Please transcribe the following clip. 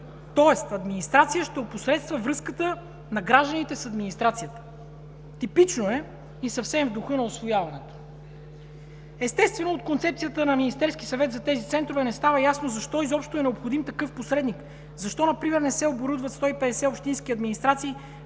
тоест администрация ще опосредства връзката на гражданите с администрацията! Типично е и съвсем в духа на усвояването! Естествено, от концепцията на Министерския съвет за тези центрове не става ясно защо изобщо е необходим такъв посредник, защо например не се оборудват 150 общински администрации